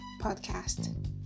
podcast